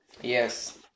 Yes